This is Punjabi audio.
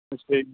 ਅੱਛਾ ਜੀ